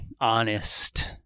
honest